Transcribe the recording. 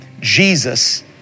Jesus